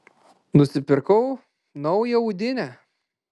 nusipirkau naują audinę